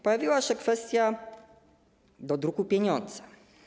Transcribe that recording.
Pojawiła się kwestia dodruku pieniądza.